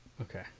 Okay